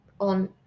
on